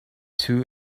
two